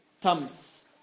thumbs